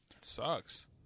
sucks